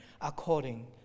according